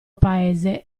paese